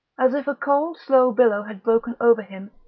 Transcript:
as if a cold slow billow had broken over him,